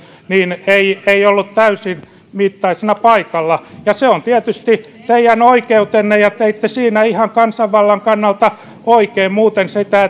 ei ei ollut täysimittaisena paikalla ja se on tietysti teidän oikeutenne ja teitte siinä kansanvallan kannalta ihan oikein muuten sitä